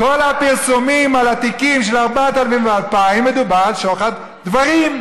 בכל הפרסומים על התיקים של 4000 ו-2000 מדובר על שוחד דברים.